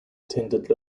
attended